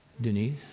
Denise